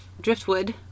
driftwood